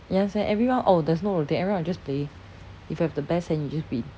you understand everyone oh there's no rotating everyone will just play if you have the best hand you just win